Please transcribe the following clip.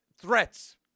threats